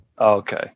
Okay